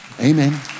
Amen